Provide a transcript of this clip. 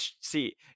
see